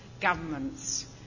governments